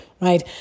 right